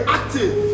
active